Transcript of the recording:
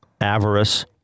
avarice